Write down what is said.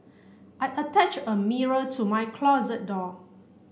I attached a mirror to my closet door